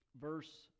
verse